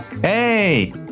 Hey